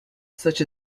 such